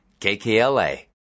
KKLA